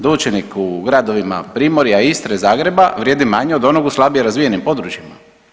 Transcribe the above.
Da učenik u gradovima Primorja, Istre, Zagreba, vrijedi manje od onog u slabije razvijenim područjima.